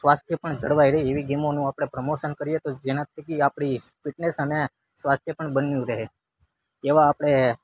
સ્વાસ્થ્ય પણ જળવાઈ રહે એવી ગેમોનું આપણે પ્રમોશન કરીએ તો જેના થકી આપણી ફિટનેસ અને સ્વાસ્થ્ય પણ બન્યું રહે એવા આપણે